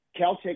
Caltech